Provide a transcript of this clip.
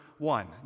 One